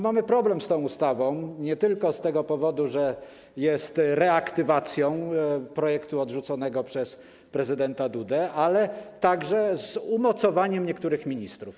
Mamy problem z tą ustawą, nie tylko z tego powodu, że jest reaktywacją projektu odrzuconego przez prezydenta Dudę, ale także z powodu umocowania niektórych ministrów.